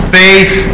faith